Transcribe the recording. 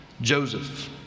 Joseph